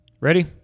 Ready